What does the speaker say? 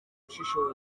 ushishoza